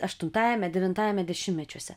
aštuntajame devintajame dešimtmečiuose